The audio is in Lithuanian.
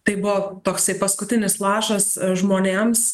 tai buvo toksai paskutinis lašas žmonėms